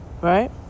right